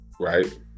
right